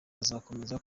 uzakomeza